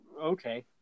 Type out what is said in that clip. okay